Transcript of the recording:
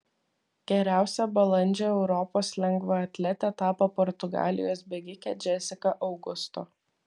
geriausia balandžio europos lengvaatlete tapo portugalijos bėgikė džesika augusto